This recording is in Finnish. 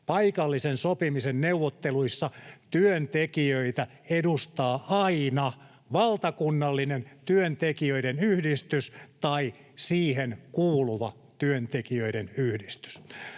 paikallisen sopimisen neuvotteluissa työntekijöitä edustaa aina valtakunnallinen työntekijöiden yhdistys tai siihen kuuluva työntekijöiden yhdistys.